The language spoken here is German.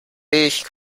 ich